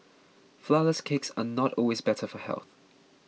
Flourless Cakes are not always better for health